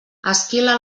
esquila